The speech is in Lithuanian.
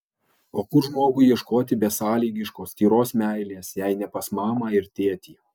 o kur žmogui ieškoti besąlygiškos tyros meilės jei ne pas mamą ir tėtį